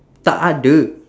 tak aduh